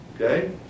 okay